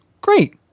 Great